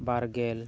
ᱵᱟᱨ ᱜᱮᱞ